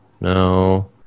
no